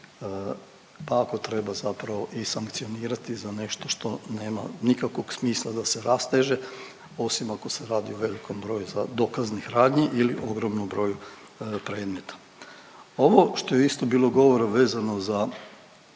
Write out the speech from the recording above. pa ako treba zapravo i sankcionirati za nešto što nema nikakvog smisla da se rasteže, osim ako se radi o velikom broju dokaznih radnji ili ogromnom broju predmeta. Ovo što je isto bilo govora vezano za